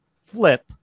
flip